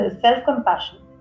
self-compassion